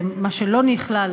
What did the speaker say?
מה שלא נכלל,